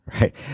Right